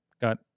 got